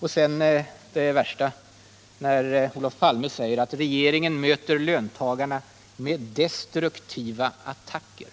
Och sedan — det är det värsta — säger Olof Palme att regeringen möter löntagarna med ”destruktiva attacker”,